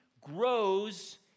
grows